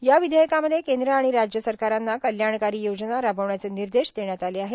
या विधेयकामध्ये केंद्र आणि राज्य सरकारांना कल्याणकारी योजना राबविण्याचे निर्देष देण्यात आले आहेत